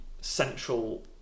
central